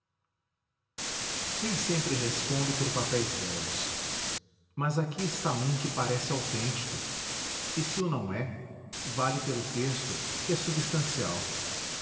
sempre respondo por papéis velhos mas aqui está um que parece autêntico e se o não é vale pelo texto que é substancial